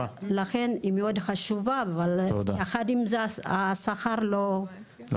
ולכן היא חשובה מאוד, אבל יחד עם זה השכר לא הוגן.